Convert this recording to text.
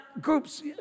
groups